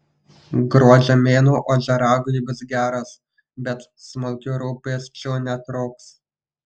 gruodžio mėnuo ožiaragiui bus geras bet smulkių rūpesčių netrūks